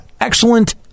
excellent